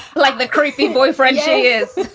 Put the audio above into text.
like the creepy boyfriend she is.